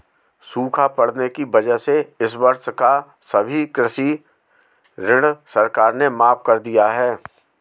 सूखा पड़ने की वजह से इस वर्ष का सभी कृषि ऋण सरकार ने माफ़ कर दिया है